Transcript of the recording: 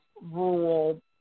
rural